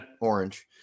Orange